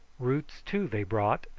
roots, too, they brought,